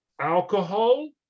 alcohol